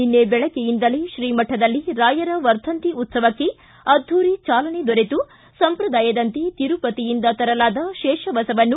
ನಿನ್ನೆ ಬೆಳಗ್ಗೆಯಿಂದಲೇ ಶ್ರೀ ಮಕದಲ್ಲಿ ರಾಯರ ವರ್ಧಂತಿ ಉತ್ಸವಕ್ಕೆ ಅದ್ಯೂರಿ ಚಾಲನೆ ದೊರೆತು ಸಂಪ್ರದಾಯದಂತೆ ತಿರುಪತಿಯಿಂದ ತರಲಾದ ಶೇಷವಸವನ್ನು